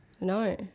No